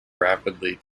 rapidly